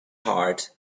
heart